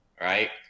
Right